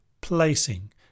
placing